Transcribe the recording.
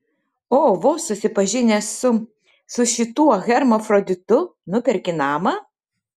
o vos susipažinęs su su šituo hermafroditu nuperki namą